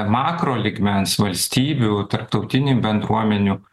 makrolygmens valstybių tarptautinį bendruomenių